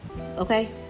Okay